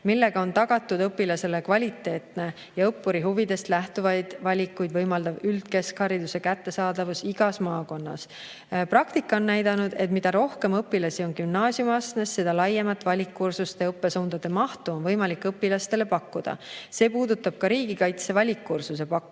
millega on tagatud õpilasele kvaliteetne ja õppuri huvidest lähtuvaid valikuid võimaldav üldkeskhariduse kättesaadavus igas maakonnas. Praktika on näidanud, et mida rohkem õpilasi on gümnaasiumiastmes, seda laiemat valikkursuste ja õppesuundade mahtu on võimalik õpilastele pakkuda. See puudutab ka riigikaitse valikkursuse pakkumist.